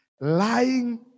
lying